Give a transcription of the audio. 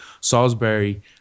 Salisbury